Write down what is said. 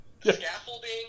Scaffolding